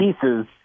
pieces